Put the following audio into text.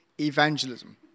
evangelism